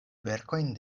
verkojn